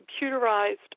computerized